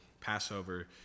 Passover